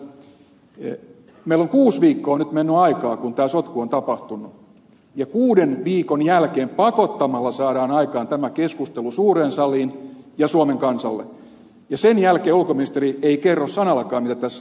meillä on kuusi viikkoa nyt mennyt aikaa siitä kun tämä sotku on tapahtunut ja kuuden viikon jälkeen pakottamalla saadaan aikaan tämä keskustelu suureen saliin ja suomen kansalle ja sen jälkeen ulkoministeri ei kerro sanallakaan mitä tässä on tapahtunut